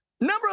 number